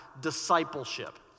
discipleship